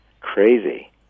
crazy